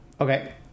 Okay